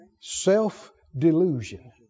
Self-delusion